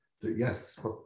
Yes